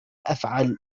أفعل